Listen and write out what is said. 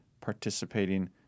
participating